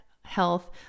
health